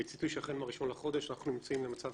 המציאות היא שהחל מהאחד בחודש אנחנו נמצאים במצב